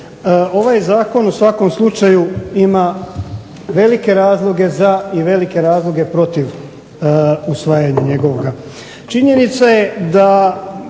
ovaj Zakon u svakom slučaju ima velike razloge za i velike razloge protiv usvajanja njegovoga. Činjenica je da,